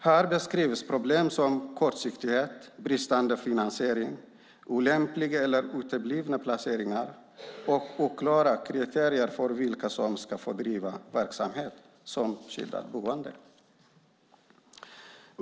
Här beskrivs problem som kortsiktighet, bristande finansiering, olämpliga eller uteblivna placeringar och oklara kriterier för vilka som ska få bedriva verksamhet som skyddat boende.